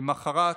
למוחרת,